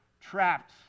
trapped